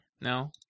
No